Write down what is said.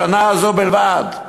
בשנה הזאת בלבד.